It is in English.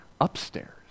upstairs